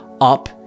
up